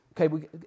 okay